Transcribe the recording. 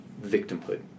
victimhood